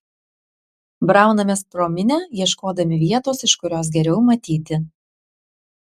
braunamės pro minią ieškodami vietos iš kurios geriau matyti